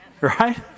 Right